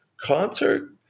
concert